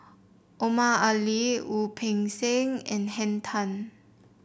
Omar Ali Wu Peng Seng and Henn Tan